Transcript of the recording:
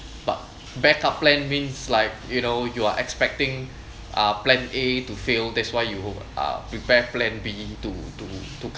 but backup plan means like you know you are expecting uh plan A to fail that's why you are prepare plan B to to